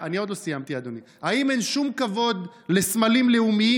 האם אין שום כבוד לסמלים לאומיים,